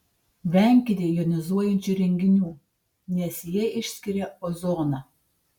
venkite jonizuojančių įrenginių nes jie išskiria ozoną